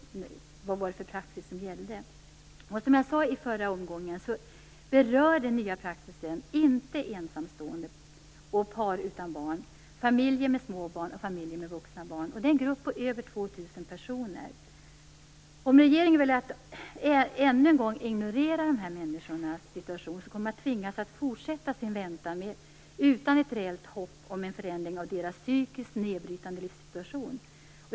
Vilken praxis var det som gällde? Som jag sade i den förra omgången, berör den nya praxisen inte ensamstående och par utan barn, familjer med små barn och familjer med vuxna barn. Det är en grupp på över 2 000 personer. Om regeringen väljer att ännu en gång ignorera dessa människors situation kommer de att tvingas fortsätta sin väntan utan ett reellt hopp om en förändring av sin psykiskt nedbrytande livssituation.